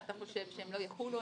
ואתה חושב שהם לא יחולו,